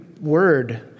word